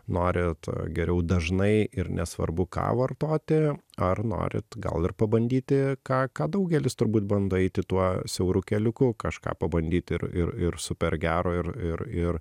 norit geriau dažnai ir nesvarbu ką vartoti ar norit gal ir pabandyti ką ką daugelis turbūt bando eiti tuo siauru keliuku kažką pabandyt ir ir ir super gero ir ir ir